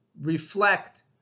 reflect